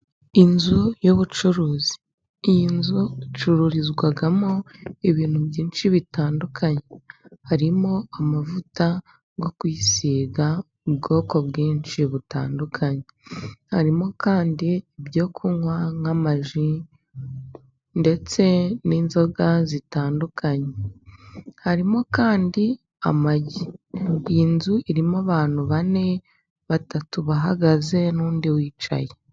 Inzu y'ubucuruzi. Iyi nzu icururizwamo ibintu byinshi bitandukanye. Harimo amavuta yo kuyisiga, ubwoko bwinshi butandukanye. Harimo kandi ibyo kunywa nk'amaji, ndetse n'inzoga zitandukanye. Harimo kandi amagi. Iyi nzu irimo abantu bane, batatu bahagaze, n'undi wicaye.